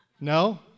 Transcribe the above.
No